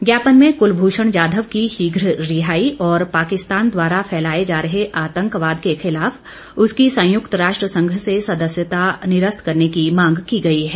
ज्ञापन में कुलभूषण जाधव की शीघ्र रिहाई और पाकिस्तान द्वारा फैलाए जा रहे आतंकवाद के खिलाफ उसकी संयुक्त राष्ट्र संघ से सदस्यता निरस्त करने की मांग की गई है